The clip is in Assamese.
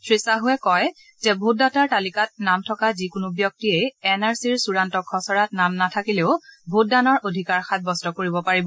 শ্ৰীচাহুৱে কয় যে ভোটদাতাৰ তালিকাত নাম থকা যিকোনো ব্যক্তিয়েই এন আৰ চিৰ চূড়ান্ত খছৰাত নাম নাথাকিলেও ভোটদানৰ অধিকাৰ সাব্যস্ত কৰিব পাৰিব